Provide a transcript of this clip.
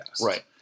right